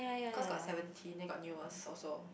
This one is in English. cause got Seventeen then got new ones also